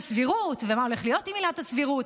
הסבירות ומה הולך להיות עם עילת הסבירות,